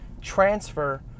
transfer